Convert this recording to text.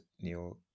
new